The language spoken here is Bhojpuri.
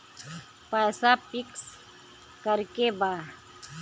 पैसा पिक्स करके बा?